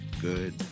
good